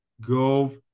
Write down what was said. go